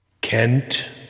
Kent